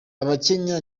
abakenya